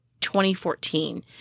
2014